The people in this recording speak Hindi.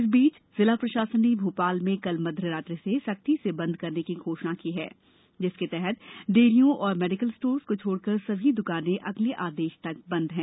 इस बीच जिला प्रशासन ने भोपाल में कल मध्यरात्रि से सख्ती से बंद करने की घोषणा की है जिसके तहत डेयरियों और मेडिकल स्टोरों को छोड़कर सभी द्रकानें अगले आदेश तक बंद हैं